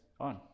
on